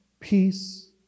peace